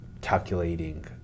calculating